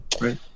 right